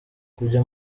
kujya